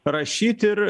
rašyt ir